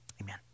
Amen